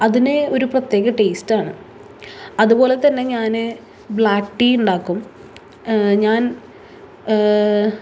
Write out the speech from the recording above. അതിന് ഒരു പ്രത്യേക ടേസ്റ്റാണ് അതുപോലെ തന്നെ ഞാൻ ബ്ലാക്ക് ടീ ഉണ്ടാക്കും ഞാൻ